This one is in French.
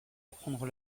apprendre